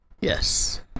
Yes